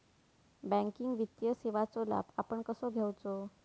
Banking वित्तीय सेवाचो लाभ आपण कसो घेयाचो?